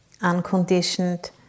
unconditioned